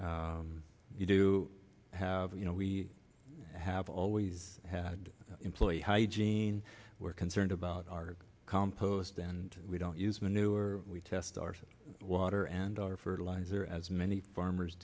you do have you know we have always had employee hygiene we're concerned about our compost and we don't use the new or we test our water and our fertilizer as many farmers